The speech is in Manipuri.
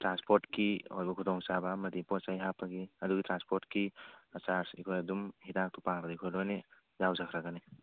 ꯇ꯭ꯔꯥꯟꯁꯄꯣꯔꯠꯀꯤ ꯑꯣꯏꯕ ꯈꯨꯗꯣꯡ ꯆꯥꯕ ꯑꯃꯗꯤ ꯄꯣꯠ ꯆꯩ ꯍꯥꯞꯄꯒꯤ ꯑꯗꯨꯒꯤ ꯇ꯭ꯔꯥꯟꯁꯄꯣꯔꯠꯀꯤ ꯆꯥꯔꯖ ꯑꯩꯈꯣꯏ ꯑꯗꯨꯝ ꯍꯤꯗꯥꯛꯇꯨ ꯄꯥꯕꯗ ꯑꯩꯈꯣꯏ ꯂꯣꯏꯅ ꯌꯥꯎꯖꯈ꯭ꯔꯒꯅꯤ